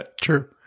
True